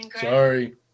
sorry